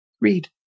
read